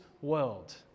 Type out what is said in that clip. world